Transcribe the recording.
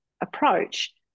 approach